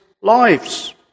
lives